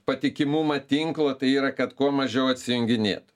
patikimumą tinklo tai yra kad kuo mažiau atsijunginėtų